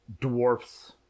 dwarfs